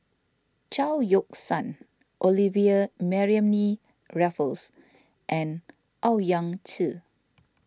Chao Yoke San Olivia Mariamne Raffles and Owyang Chi